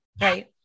right